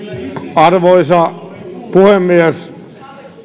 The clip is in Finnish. arvoisa puhemies